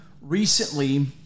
recently